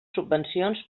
subvencions